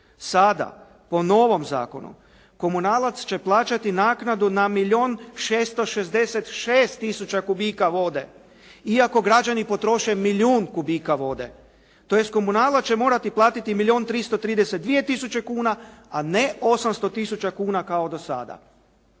Sada po novom zakonu komunalac će plaćati naknadu na milijun 666 tisuća kubika vode iako građani potroše milijun kubika vode, tj. komunalac će morati platiti milijun 332 tisuće kuna a ne 800 tisuća kuna kao do sada.